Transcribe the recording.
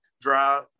dry